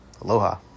Aloha